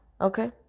okay